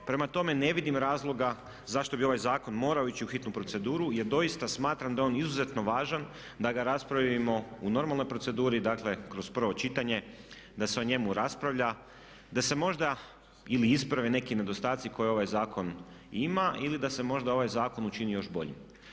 Prema tome ne vidim razloga zašto bi ovaj zakon morao ići u hitnu proceduru jer doista smatram da je on izuzetno važan da ga raspravimo u normalnoj proceduru, dakle kroz prvo čitanje, da se o njemu raspravlja, da se možda ili isprave neki nedostaci koje ovaj zakon ima ili da se možda ovaj zakon učini još boljim.